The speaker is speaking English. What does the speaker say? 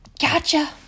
Gotcha